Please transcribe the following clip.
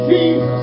Jesus